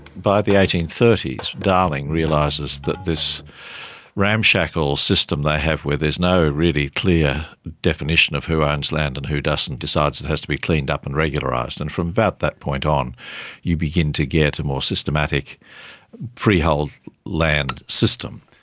by the eighteen thirty s, darling realises that this ramshackle system they have where there is no really clear definition of who owns land and who doesn't decides it has to be cleaned up and regularised. and from about that point on you begin to get a more systematic freehold land system,